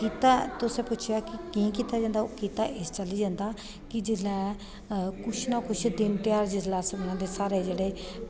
कीता तुसें पुच्छेआ की की कीता जंदा ते कीता इस चाल्ली जंदा की जेल्लै कुछ ना कुछ दिन ध्यार साढ़े जेह्ड़े